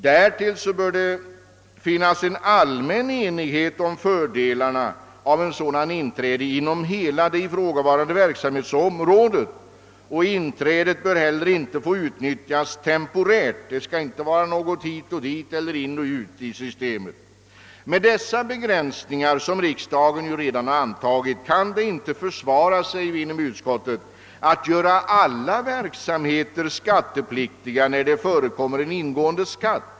Därtill bör det finnas en allmän enighet om fördelarna av ett sådant inträde inom hela det ifrågavarande verksamhetsområdet. Inträdet bör inte heller få utnyttjas temporärt — det skall inte vara något hit och dit eller in och ut i systemet. Med dessa begränsningar, som riksdagen redan har antagit, kan det inte försvaras — säger vi inom utskottet — att göra alla sådana verksamheter skattepliktiga där det förekommer en ingående skatt.